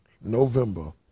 November